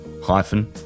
hyphen